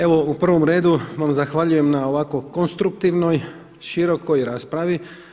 Evo u prvom redu vam zahvaljujem na ovako konstruktivnoj, širokoj raspravi.